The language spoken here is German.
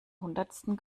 hundertsten